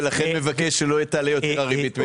ולכן אני מבקש שלא תעלה הריבית.